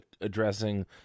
addressing